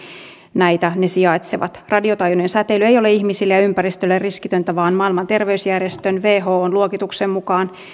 näitä ne sijaitsevat radiotaajuinen säteily ei ole ihmisille ja ympäristölle riskitöntä vaan maailman terveysjärjestö whon luokituksen mukaan